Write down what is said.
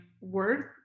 worth